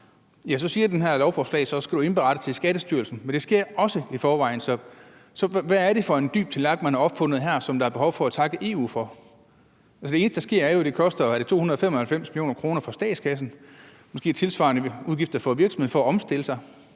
siger det her lovforslag, at så skal man indberette det til Skattestyrelsen, men det sker også i forvejen. Så hvad er det for en dyb tallerken, man har opfundet her, som der er behov for at takke EU for? Altså, det eneste, der sker, er bare, at det koster statskassen 295 mio. kr., og måske er der tilsvarende udgifter for virksomhederne for at omstille sig